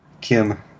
kim